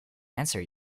answer